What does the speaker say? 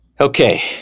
okay